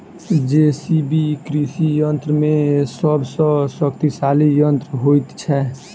JCB कृषि यंत्र मे सभ सॅ शक्तिशाली यंत्र होइत छै